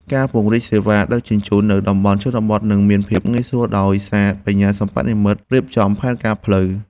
ការពង្រីកសេវាដឹកជញ្ជូនទៅតំបន់ជនបទ នឹងមានភាពងាយស្រួលដោយសារ បញ្ញាសិប្បនិម្មិត រៀបចំផែនការផ្លូវ។